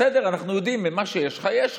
בסדר, אנחנו יודעים, מה שיש לך יש לך.